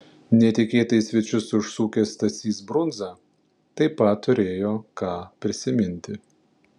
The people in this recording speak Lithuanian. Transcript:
netikėtai į svečius užsukęs stasys brundza taip pat turėjo ką prisiminti